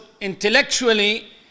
intellectually